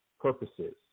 purposes